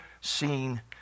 seen